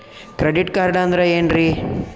Credit card ಅಂದ್ರ ಏನ್ರೀ?